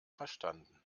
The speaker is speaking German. verstanden